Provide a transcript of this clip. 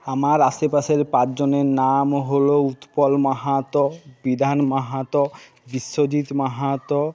আমার আশেপাশের পাঁচ জনের নাম হল উৎপল মাহাতো বিধান মাহাতো বিশ্বজিৎ মাহাতো